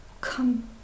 come